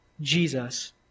Jesus